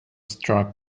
struck